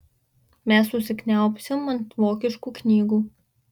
mes užsikniaubsim ant vokiškų knygų